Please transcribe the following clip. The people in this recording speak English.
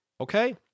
okay